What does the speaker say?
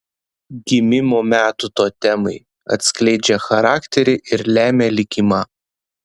gimimo metų totemai atskleidžia charakterį ir lemia likimą